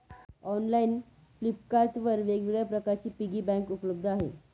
online Flipkart वर वेगवेगळ्या प्रकारचे पिगी बँक उपलब्ध आहेत